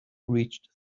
reached